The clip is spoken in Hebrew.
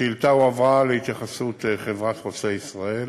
השאילתה הועברה להתייחסות חברת "חוצה ישראל",